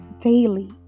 daily